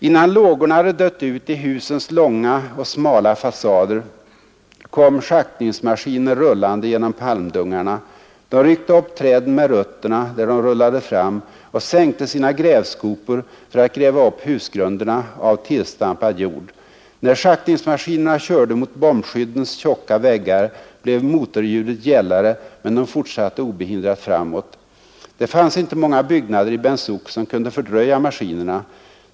Innan lågorna hade dött ut i husens långa och smala fasader kom schaktningsmaskiner rullande genom palmdungarna. De ryckte upp träden med rötterna där de rullade fram och sänkte sina grävskopor för att gräva upp husgrunderna av tillstampad jord. När schaktningsmaskinerna körde mot bombskyddens tjocka väggar blev motorljudet gällare men de fortsatte obehindrat framåt. Det fanns inte många byggnader i Ben Suc som kunde fördröja maskinerna.